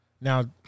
Now